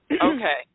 Okay